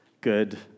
good